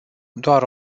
doar